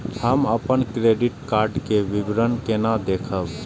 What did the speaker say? हम अपन credit card के विवरण केना देखब?